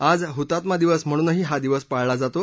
आज हुतात्मा दिवस म्हणूनही हा दिवस पाळला जातो